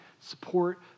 support